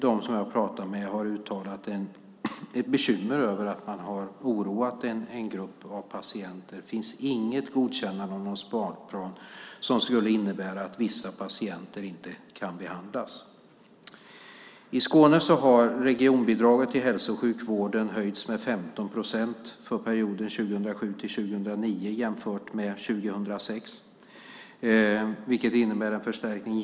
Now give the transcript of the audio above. De som jag har pratat med har uttalat bekymmer över att man har oroat en grupp av patienter. Det finns inget godkännande av någon sparplan som skulle innebära att vissa patienter inte kan behandlas. I Skåne har regionbidraget till hälso och sjukvården höjts med 15 procent för perioden 2007-2009 jämfört med 2006, vilket innebär en förstärkning.